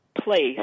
place